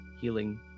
healing